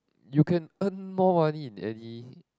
you can earn more money in any